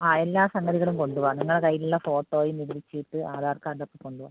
ആ എല്ലാ സംഗതികളും കൊണ്ടുവാ നിങ്ങളുടെ കയ്യിലുള്ള ഫോട്ടോയും നികുതി ചീട്ട് ആധാർ കാർഡ് ഒക്കെ കൊണ്ടുവാ